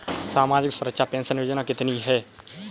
सामाजिक सुरक्षा पेंशन योजना कितनी हैं?